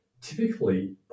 typically